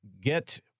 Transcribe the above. get